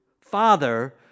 Father